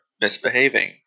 misbehaving